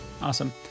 Awesome